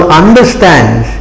understands